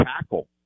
tackle